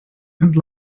and